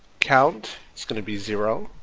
count is going to be zero,